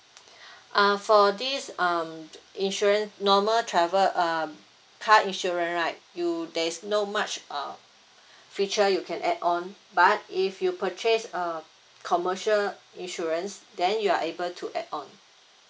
err for this um insurance normal travel uh car insurance right you there's not much uh future you can add on but if you purchase uh commercial insurance then you are able to add on